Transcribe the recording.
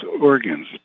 organs